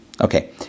Okay